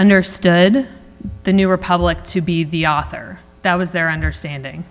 understood the new republic to be the author that was their understanding